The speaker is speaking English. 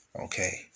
okay